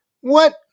What